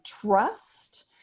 trust